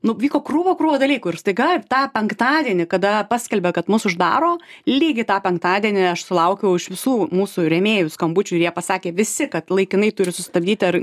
nu vyko krūva krūva dalykų ir staiga tą penktadienį kada paskelbė kad mus uždaro lygiai tą penktadienį aš sulaukiau iš visų mūsų rėmėjų skambučių ir jie pasakė visi kad laikinai turi sustabdyti ar